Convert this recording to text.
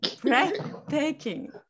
breathtaking